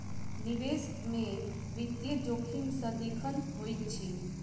निवेश में वित्तीय जोखिम सदिखन होइत अछि